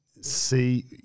see